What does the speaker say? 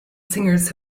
singers